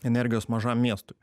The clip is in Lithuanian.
energijos mažam miestui